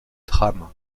trame